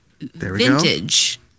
vintage